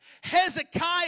Hezekiah